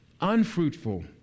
unfruitful